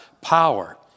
power